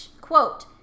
Quote